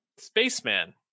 spaceman